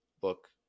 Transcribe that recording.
book